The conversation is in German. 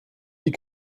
die